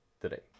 today